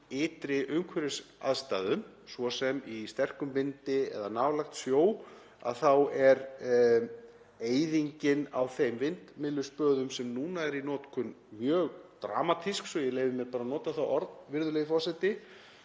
ytri umhverfisaðstæðum, svo sem í sterkum vindi eða nálægt sjó, er eyðingin á þeim vindmylluspöðum sem núna eru í notkun mjög dramatísk, svo ég leyfi mér að nota það orð, virðulegi forseti,